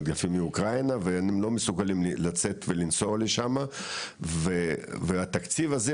אפילו מאוקרינה ולא מסוגלים לצאת ולנסוע לשמה והתקציב הזה,